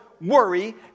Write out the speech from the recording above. worry